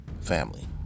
Family